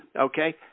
okay